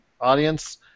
audience